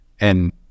and-